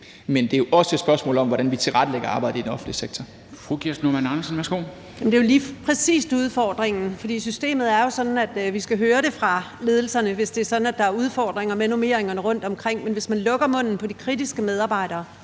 Andersen, værsgo. Kl. 09:24 Kirsten Normann Andersen (SF): Men det er jo lige præcis udfordringen, for systemet er jo sådan, at vi skal høre det fra ledelserne, hvis det er sådan, at der er udfordringer med normeringerne rundtomkring. Men hvis man lukker munden på de kritiske medarbejdere,